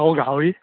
অও গাহৰি